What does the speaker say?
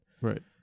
Right